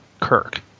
Kirk